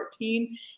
2014